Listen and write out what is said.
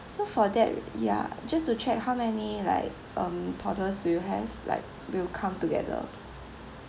so for that ya just to check how many like um toddlers do you have like will come together